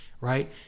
right